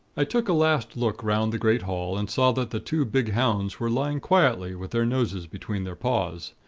i took a last look round the great hall, and saw that the two big hounds were lying quietly, with their noses between their paws.